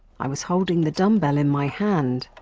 i was holding the dumb-bell in my hand.